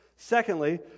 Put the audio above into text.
Secondly